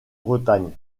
bretagne